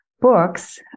books